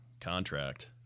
contract